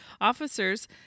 officers